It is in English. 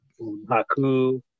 Haku